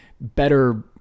better